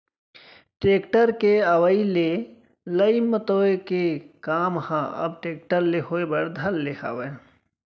tractor के अवई ले लई मतोय के काम ह अब टेक्टर ले होय बर धर ले हावय